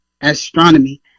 astronomy